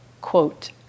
quote